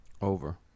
Over